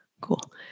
Cool